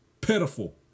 Pitiful